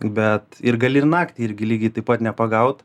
bet ir gali ir naktį irgi lygiai taip pat nepagaut